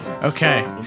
Okay